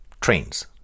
trains